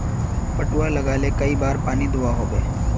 पटवा लगाले कई बार पानी दुबा होबे?